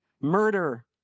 murder